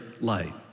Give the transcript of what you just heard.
light